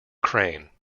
crane